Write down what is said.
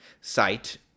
site